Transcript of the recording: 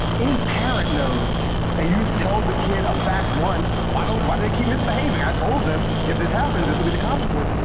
any parent knows that you tell the kid a fact once, why do why do they keep misbehaving? i told them, if this happens, this'll be the consequence.